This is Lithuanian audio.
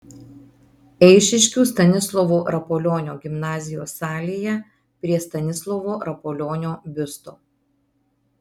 eišiškių stanislovo rapolionio gimnazijos salėje prie stanislovo rapolionio biusto